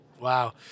Wow